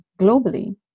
globally